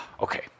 Okay